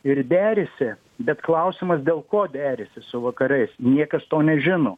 ir derisi bet klausimas dėl ko derisi su vakarais niekas to nežino